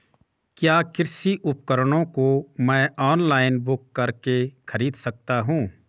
क्या कृषि उपकरणों को मैं ऑनलाइन बुक करके खरीद सकता हूँ?